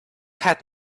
had